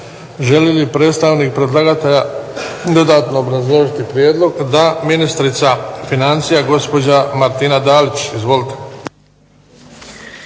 Želi li predstavnik predlagatelja dodatno obrazložiti prijedlog? Da. Ministrica financija gospođa Martina Dalić. Izvolite.